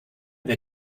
wir